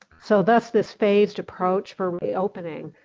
so thus this phased approach for reopening.